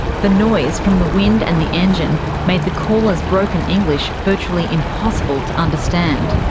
the noise from the wind and the engine made the caller's broken english virtually impossible to understand. and